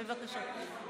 בבקשה.